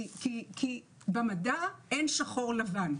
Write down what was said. כי במדע אין שור ולבן.